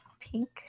Pink